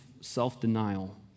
self-denial